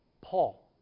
Paul